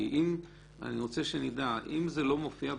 כי אני רוצה שנדע: אם זה לא מופיע ברשימות,